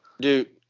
dude